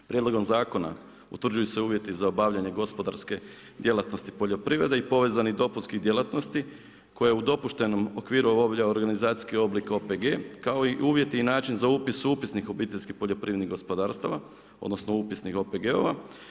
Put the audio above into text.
Prijedlogom zakona utvrđuju se uvjeti za obavljanje gospodarske djelatnosti poljoprivrede i povezanih dopunskih djelatnosti koje u dopuštenom okviru obavlja organizacijske oblike OPG kao i uvjete i način za upis u upisnik u obiteljskih poljoprivrednih gospodarstava, odnosno, upisnih OPG-ova.